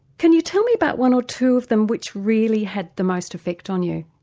can you tell me about one or two of them which really had the most effect on you?